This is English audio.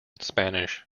spanish